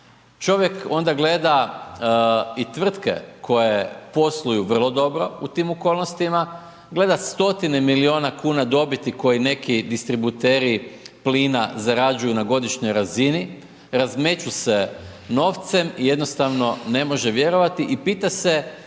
Čovjek onda gleda i tvrtke koje posluju vrlo dobro u tim okolnostima, gleda stotine milijuna kuna dobiti koje neki distributeri plina zarađuju na godišnjoj razini, razmeću se novcem i jednostavno ne može vjerovati i pita se